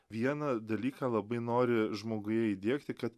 vieną dalyką labai nori žmoguje įdiegti ka